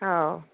हो